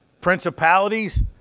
Principalities